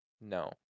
No